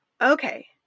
Okay